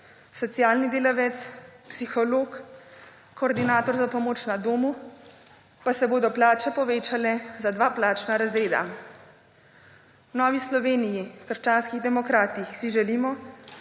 socialni delavec, psiholog, koordinator za pomoč na domu pa se bodo plače povečale za dva plačna razreda. V Novi Sloveniji – krščanski demokrati si želimo,